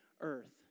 Earth